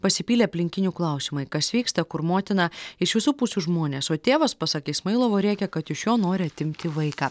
pasipylė aplinkinių klausimai kas vyksta kur motina iš visų pusių žmonės o tėvas pasak ismailovo rėkia kad iš jo nori atimti vaiką